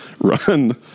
run